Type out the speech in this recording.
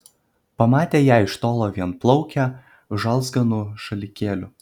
pamatė ją iš tolo vienplaukę žalzganu šalikėliu